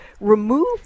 remove